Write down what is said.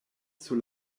sur